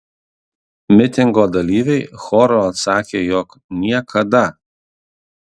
mitingo dalyviai choru atsakė jog niekada